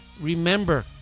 Remember